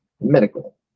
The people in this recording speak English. medical